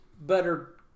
better